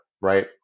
right